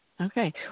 Okay